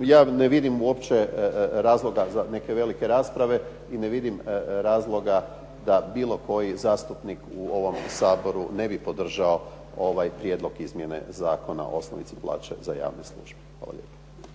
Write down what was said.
ja ne vidim uopće razloga za neke velike rasprave i ne vidim razloga da bilo koji zastupnik u ovom Saboru ne bi podržao ovaj prijedlog izmjene Zakona o osnovici plaće za javne službe. Hvala lijepo.